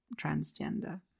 transgender